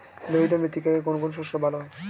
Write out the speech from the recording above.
লোহিত মৃত্তিকাতে কোন কোন শস্য ভালো হয়?